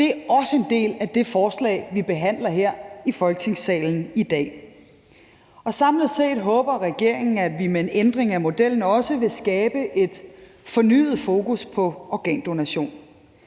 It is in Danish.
Det er også en del af det forslag, vi behandler her i Folketingssalen i dag. Samlet set håber regeringen, at vi med en ændring af modellen også vil skabe et fornyet fokus på organdonation.